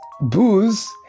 booze